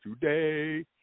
today